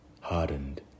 hardened